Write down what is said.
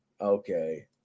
Okay